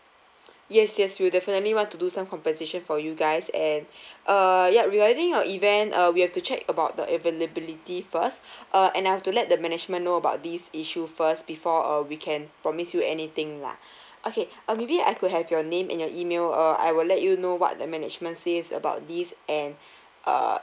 yes yes we'll definitely want to do some compensation for you guys and uh yup regarding your event uh we have to check about the availability first uh and I have to let the management know about this issue first before uh we can promise you anything lah okay uh maybe I could have your name and your email uh I will let you know what the management says about this and uh